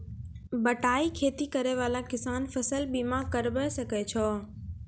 बटाई खेती करै वाला किसान फ़सल बीमा करबै सकै छौ?